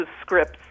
scripts